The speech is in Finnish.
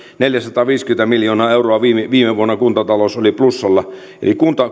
neljäsataaviisikymmentä miljoonaa euroa viime viime vuonna kuntatalous oli plussalla eli